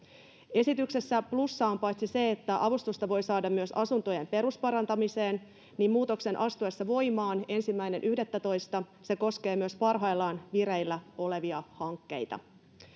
esityksessä plussaa on paitsi se että avustusta voi saada myös asuntojen perusparantamiseen että muutoksen astuessa voimaan ensimmäinen yhdettätoista se koskee myös parhaillaan vireillä olevia hankkeita